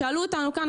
שאלו אותנו כאן,